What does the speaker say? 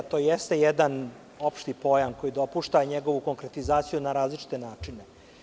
To jeste jedan opšti pojam koji dopušta njegovu konkretizaciju na različite načine.